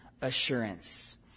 assurance